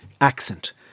accent